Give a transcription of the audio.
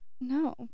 no